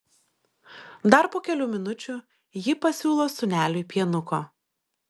dar po kelių minučių ji pasiūlo sūneliui pienuko